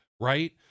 right